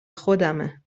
خودمه